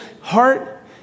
heart